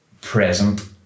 present